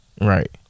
Right